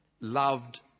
loved